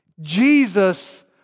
Jesus